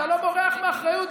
אתה לא בורח מאחריות,